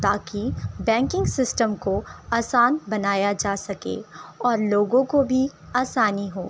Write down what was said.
تاکہ banking system کو آسان بنایا جا سکے اور لوگوں کو بھی آسانی ہو